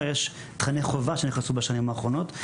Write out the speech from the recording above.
יש תכני חובה שנכנסו בשנים האחרונות,